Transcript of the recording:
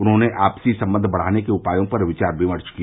उन्होंने आपसी संबंध बढ़ाने के उपायों पर विचार विमर्श किया